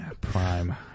prime